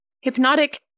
hypnotic